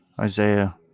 Isaiah